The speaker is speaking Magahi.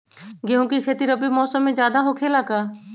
गेंहू के खेती रबी मौसम में ज्यादा होखेला का?